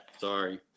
Sorry